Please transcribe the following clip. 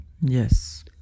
Yes